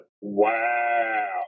wow